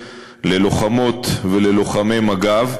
ללוחמות וללוחמי מג"ב.